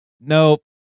Nope